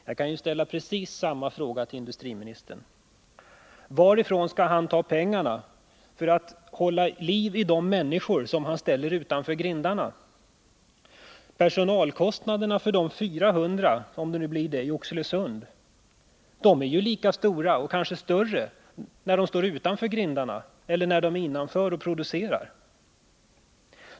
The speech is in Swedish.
Jag skulle kunna ställa precis samma slags fråga till industriministern: Varifrån skall han ta pengarna för att hålla liv i de människor som han vill ställa utanför grindarna? Personalkostnaderna för de 400 som det blir fråga om i Oxelösund är ju lika stora — eller kanske rent av större — när de står utanför grindarna som när de står innanför och producerar.